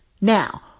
Now